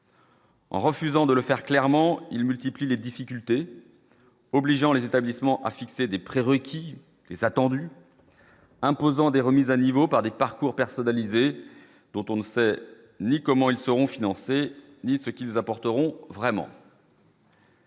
En refusant de le faire, clairement, il multiplie les difficultés, obligeant les établissements à fixer des pré-requis attendus imposant des remises à niveau par des parcours personnalisés dont on ne sait ni comment ils seront financés, ni ce qu'ils apporteront vraiment.